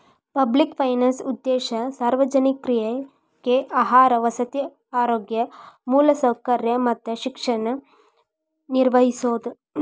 public finance ಉದ್ದೇಶ ಸಾರ್ವಜನಿಕ್ರಿಗೆ ಆಹಾರ ವಸತಿ ಆರೋಗ್ಯ ಮೂಲಸೌಕರ್ಯ ಮತ್ತ ಶಿಕ್ಷಣ ನಿರ್ವಹಿಸೋದ